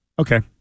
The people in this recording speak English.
Okay